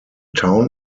town